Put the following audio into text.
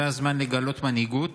זה הזמן לגלות מנהיגות